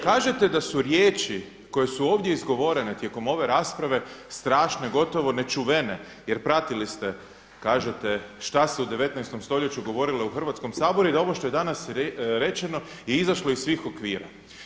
Kažete da su riječi koje su ovdje izgovorene tijekom ove rasprave strašne, gotovo nečuvene jer platili ste kažete šta se u 19. stoljeću govorili u Hrvatskom saboru i da ovo što je danas rečeno je izašlo iz svih okvira.